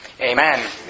Amen